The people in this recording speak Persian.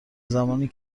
زمانی